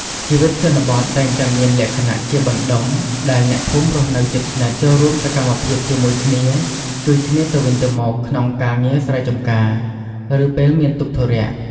ជីវិតជនបទតែងតែមានលក្ខណៈជាបណ្ដុំ ដែលអ្នកភូមិរស់នៅជិតស្និទ្ធ ចូលរួមសកម្មភាពជាមួយគ្នា ជួយគ្នាទៅវិញទៅមកក្នុងការងារស្រែចម្ការ ឬពេលមានទុក្ខធុរៈ។